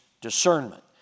discernment